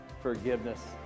forgiveness